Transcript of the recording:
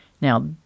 Now